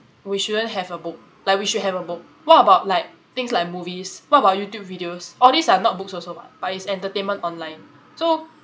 we shouldn't have a book like we should have a book what about like things like movies what about YouTube videos all these are not books also [what] but it's entertainment online so